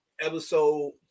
episode